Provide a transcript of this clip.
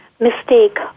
Mistake